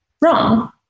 wrong